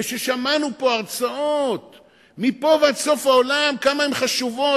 ושמענו כאן הצהרות מפה ועד סוף העולם כמה הן חשובות